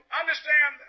understand